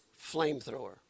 flamethrower